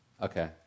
Okay